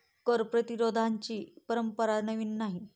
कर प्रतिरोधाची परंपरा नवी नाही